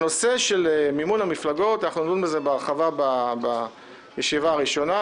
אנחנו נדון בהרחבה במימון המפלגות בישיבה הראשונה.